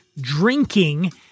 drinking